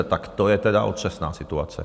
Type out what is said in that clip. Tak to je tedy otřesná situace.